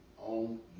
on